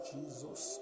Jesus